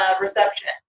reception